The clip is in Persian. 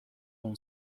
اون